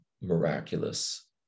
miraculous